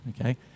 Okay